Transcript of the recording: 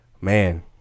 Man